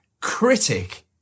critic